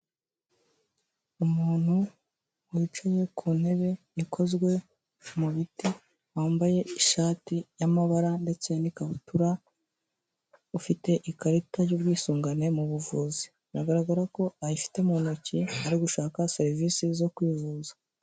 Umuntu wicaye ku ntebe ikozwe mu biti, wambaye ishati y'amabara ndetse n'ikabutura, ufite ikarita y'ubwisungane mu buvuzi biragaragara ko ayifite mu ntoki ari gushaka serivisi zo kwivuza.